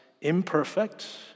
imperfect